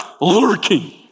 lurking